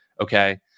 Okay